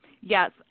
Yes